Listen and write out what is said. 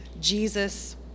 Jesus